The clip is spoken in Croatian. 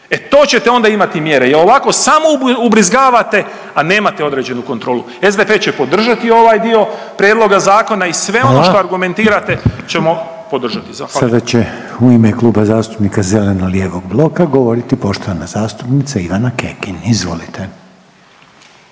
E to ćete onda imati mjere jer ovako samo ubrizgavate, a nemate određenu kontrolu. SDP će podržati ovaj dio Prijedloga zakona i sve ono što .../Upadica: Hvala./... argumentirate ćemo podržati. Zahvaljujem. **Reiner, Željko (HDZ)** Sada će u ime Kluba zastupnika zeleno-lijevog bloka govoriti poštovana zastupnica Ivana Kekin. Izvolite.